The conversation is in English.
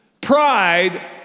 Pride